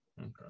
Okay